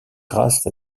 grâce